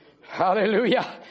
hallelujah